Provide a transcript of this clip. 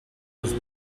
was